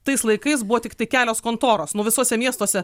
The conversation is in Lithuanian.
tais laikais buvo tiktai kelios kontoros nu visuose miestuose